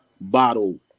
bottle